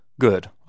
Good